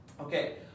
Okay